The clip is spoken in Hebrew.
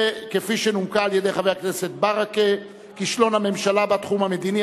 כפי שנומקה על-ידי חבר הכנסת ברכה: כישלון הממשלה בתחום המדיני,